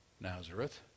Nazareth